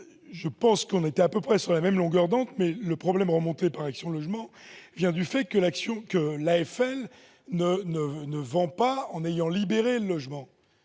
Je pense que l'on était à peu près sur la même longueur d'onde, mais le problème posé à Action Logement vient du fait que l'AFL ne vend pas en ayant libéré le logement,